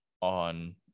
on